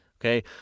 Okay